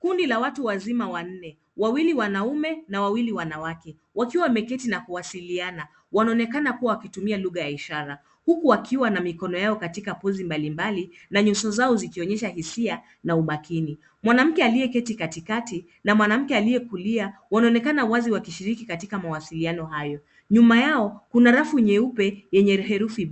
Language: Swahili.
Kundi la watu wazima wanne, wawili wanaume na wawili wanawake wakiwa wameketi na kuwasiliana. Wanaonekana kuwa wakitumiwa lugha ya ishara huku wakiwa na mikono yao katika pozi mbalimbali na nyuso zao zikionyesha hisia na umakini. Mwanamke aliyeketi katikati na mwanamke aliye kulia wanaonekana wazi kushiriki katika mawasiliano hayo. Nyuma yao kuna rafu nyeupe yenye herufi